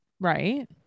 right